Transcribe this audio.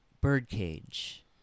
Birdcage